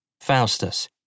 Faustus